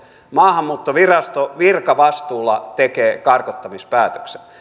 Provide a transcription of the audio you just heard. maahanmuuttovirasto virkavastuulla tekee karkottamispäätöksen